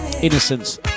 Innocence